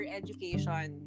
education